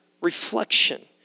reflection